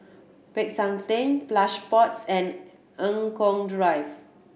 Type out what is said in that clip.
Peck San Theng Plush Pods and Eng Kong Drive